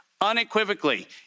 unequivocally